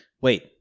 Wait